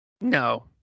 No